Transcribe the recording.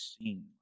seen